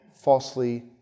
falsely